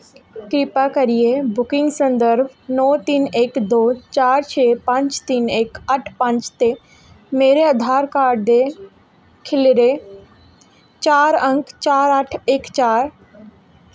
किरपा करियै बुकिंग संदर्भ नौ तिन्न इक दो चार छे पंज तिन्न इक अट्ठ पंज ते मेरे आधार कार्ड दे खीरले चार अंक चार अट्ठ इक चार